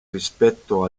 rispetto